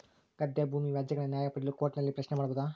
ಗದ್ದೆ ಭೂಮಿ ವ್ಯಾಜ್ಯಗಳ ನ್ಯಾಯ ಪಡೆಯಲು ಕೋರ್ಟ್ ನಲ್ಲಿ ಪ್ರಶ್ನೆ ಮಾಡಬಹುದಾ?